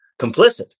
complicit